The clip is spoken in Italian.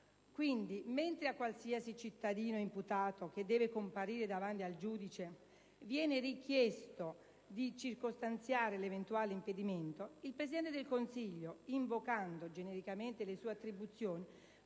Quindi, mentre a qualsiasi cittadino imputato che deve comparire davanti al giudice viene richiesto di circostanziare l'eventuale impedimento, il Presidente del Consiglio, invocando genericamente le sue attribuzioni,